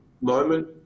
moment